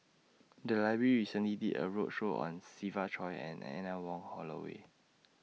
The Library recently did A roadshow on Siva Choy and Anne Wong Holloway